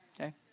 Okay